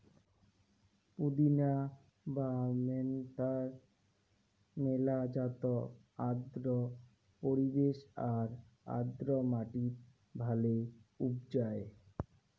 পুদিনা বা মেন্থার মেলা জাত আর্দ্র পরিবেশ আর আর্দ্র মাটিত ভালে উবজায়